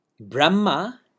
brahma